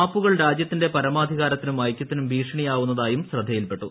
ആപ്പുകൾ രാജ്യത്തിന്റെ പരമാധികാരത്തിനും ഐക്യത്തിനും ഭീഷണിയാവുന്നതായും ശ്രദ്ധയിൽപ്പെട്ടു